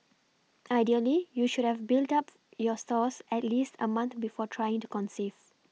ideally you should have built up your stores at least a month before trying to conceive